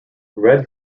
red